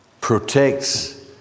protects